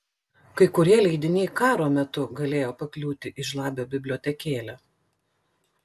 kai kurie leidiniai karo metu galėjo pakliūti į žlabio bibliotekėlę